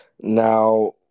Now